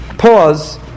Pause